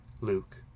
Luke